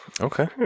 Okay